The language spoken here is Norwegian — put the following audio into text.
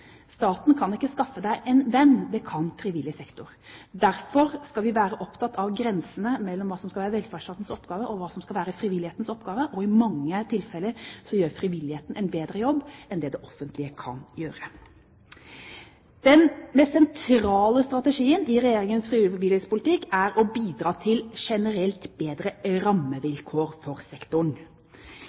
Staten kan ikke skaffe deg en venn, det kan frivillig sektor. Derfor skal vi være opptatt av grensene mellom hva som skal være velferdsstatens oppgave, og hva som skal være frivillighetens oppgave. I mange tilfeller gjør frivilligheten en bedre jobb enn det det offentlige kan gjøre. Den mest sentrale strategien i Regjeringens frivillighetspolitikk er å bidra til generelt bedre rammevilkår for sektoren.